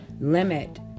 limit